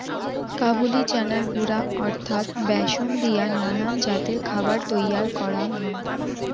কাবুলি চানার গুঁড়া অর্থাৎ ব্যাসন দিয়া নানান জাতের খাবার তৈয়ার করাং হই